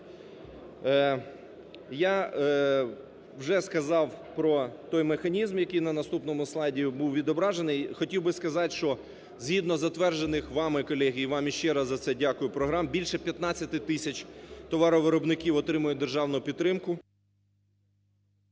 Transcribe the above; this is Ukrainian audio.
Я вже сказав про той механізм, який на наступному слайді був відображений. Хотів би сказати, що згідно затверджених вами колеги, і вам ще раз за це дякую, програм, більше 15 тисяч товаровиробників отримують державну підтримку...